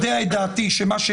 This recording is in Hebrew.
שמעתי.